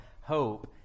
hope